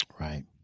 Right